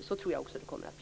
Så tror jag också att det kommer att bli.